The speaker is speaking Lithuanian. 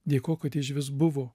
dėkok kad ji išvis buvo